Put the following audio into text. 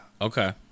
Okay